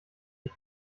die